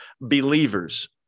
believers